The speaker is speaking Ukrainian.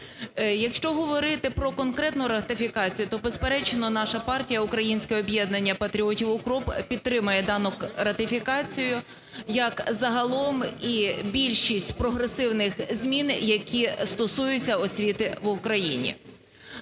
Якщо говорити про конкретну ратифікацію, то, безперечно, наша партія "Українське об'єднання патріотів – УКРОП" підтримує дану ратифікацію, як загалом і більшість прогресивних змін, які стосуються освіти в Україні.